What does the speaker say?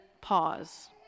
pause